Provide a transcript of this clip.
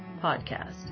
podcast